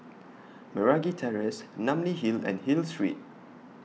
Meragi Terrace Namly Hill and Hill Street